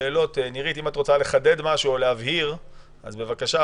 נירית, אם את רוצה לחדד משהו או להבהיר, אז בבקשה.